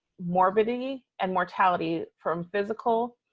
morbidity and mortality from physical